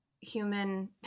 Human